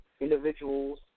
individuals